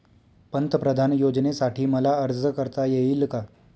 पंतप्रधान योजनेसाठी मला अर्ज करता येईल का?